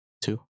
Two